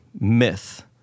myth